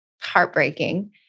heartbreaking